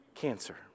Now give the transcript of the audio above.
cancer